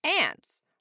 ants